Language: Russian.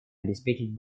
обеспечить